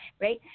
right